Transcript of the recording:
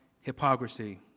hypocrisy